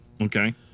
Okay